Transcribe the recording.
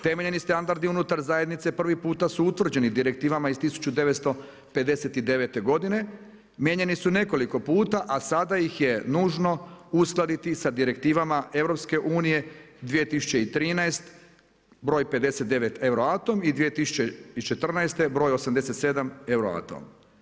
Temeljni standardi unutar zajednice prvi puta su utvrđeni direktivama za 1959. godine, mijenjani su nekoliko puta a sada ih je nužno uskladiti sa direktivama EU 2013. br. 59 euroatom i 2014. br. 89 euroatom.